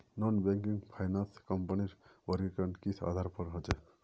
Non banking finance कंपनीर वर्गीकरण किस आधार पर होचे?